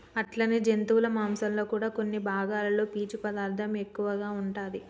అట్లనే జంతువుల మాంసంలో కూడా కొన్ని భాగాలలో పీసు పదార్థం ఎక్కువగా ఉంటాది